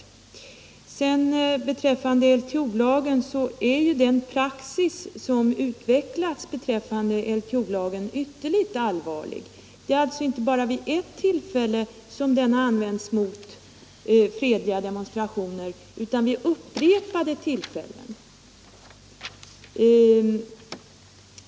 Beträffande LTO är den praxis som utvecklats ytterligt allvarlig. Det är inte bara vid ett tillfälle som LTO använts mot fredliga demonstrationer, utan det har skett vid upprepade tillfällen.